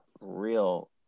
real